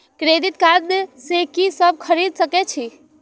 Credit card से की सब खरीद सकें छी?